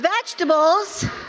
vegetables